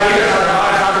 אבל אני יכול להגיד לך דבר אחד,